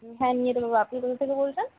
উম হ্যাঁ নিয়ে যেতে পারব আপনি কোথার থেকে বলছেন